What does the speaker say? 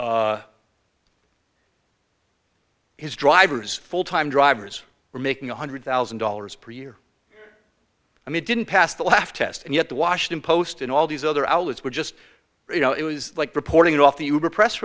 that his drivers full time drivers are making one hundred thousand dollars per year i mean didn't pass the laugh test and yet the washington post and all these other outlets were just you know it was like reporting off the